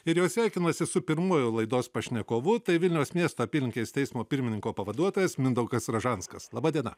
ir jau sveikinuosi su pirmuoju laidos pašnekovu tai vilniaus miesto apylinkės teismo pirmininko pavaduotojas mindaugas ražanskas laba diena